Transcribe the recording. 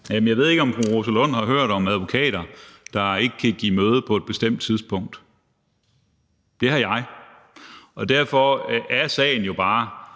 Jeg ved ikke, om fru Rosa Lund har hørt om advokater, der ikke kan give møde på et bestemt tidspunkt. Det har jeg. Og derfor er sagen jo bare,